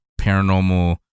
paranormal